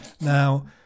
Now